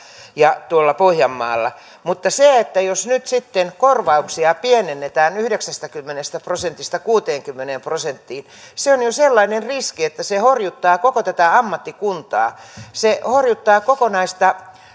ja pohjanmaalla mutta jos nyt sitten korvauksia pienennetään yhdeksästäkymmenestä prosentista kuuteenkymmeneen prosenttiin se on jo sellainen riski että se horjuttaa koko tätä ammattikuntaa se horjuttaa kokonaista